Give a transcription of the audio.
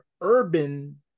urban